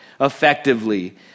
effectively